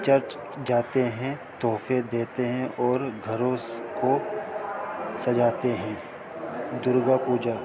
church جاتے ہیں تحفے دیتے ہیں اور گھروںس کو سجاتے ہیں درگا پوجا